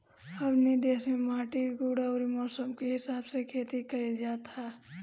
अपनी देस में माटी के गुण अउरी मौसम के हिसाब से खेती कइल जात हवे